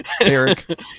eric